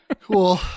Cool